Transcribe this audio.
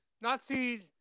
Nazi